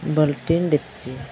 ᱵᱟᱹᱞᱴᱤᱱ ᱰᱮᱯᱪᱤ